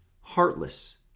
heartless